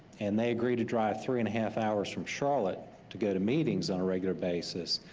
and they agree to drive three and a half hours from charlotte to go to meetings on a regular basis,